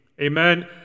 amen